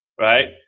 Right